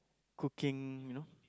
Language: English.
cooking you know